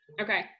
okay